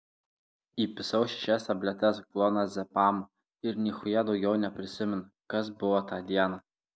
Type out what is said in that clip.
įpisau šešias tabletes klonazepamo ir nichuja daugiau neprisimenu kas buvo tą dieną